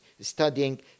studying